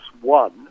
one